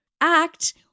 Act